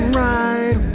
right